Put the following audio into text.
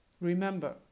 Remember